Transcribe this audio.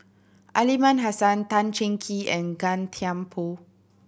Aliman Hassan Tan Cheng Kee and Gan Thiam Poh